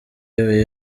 yewe